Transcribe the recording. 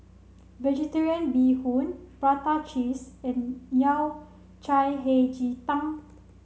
Vegetarian Bee Hoon Prata Cheese and Yao Cai Hei Ji Tang